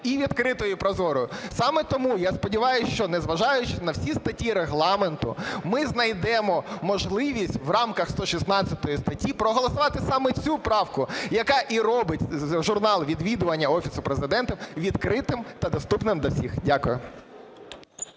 і відкритою, і прозорою. Саме тому, я сподіваюсь, що, незважаючи на всі статті регламенту, ми знайдемо можливість в рамках 116 статті проголосувати саме цю правку, яка і робить журнал відвідування Офісу Президента відкритим та доступним для всіх. Дякую.